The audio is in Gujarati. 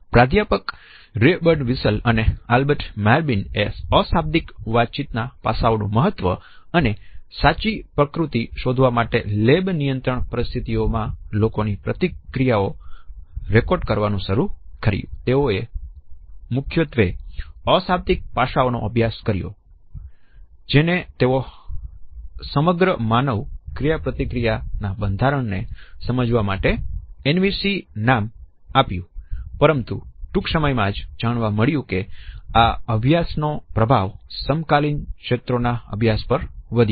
પ્રાધ્યાપક રે બર્ડવીસલ અને આલ્બર્ટ મેહરબિન એ અશાબ્દિક વાતચીત ના પાસાઓ નું મહત્વ અને સાચી પ્રકૃતિ શોધવા માટે લેબ નિયંત્રણ પરિસ્થિતિઓમાં લોકોની પ્રતિક્રિયાઓ રેકોર્ડ કરવાનું શરૂ કર્યું